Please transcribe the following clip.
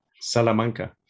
Salamanca